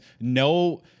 no